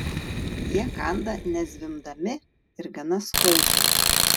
jie kanda nezvimbdami ir gana skaudžiai